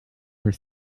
her